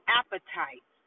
appetite